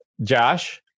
Josh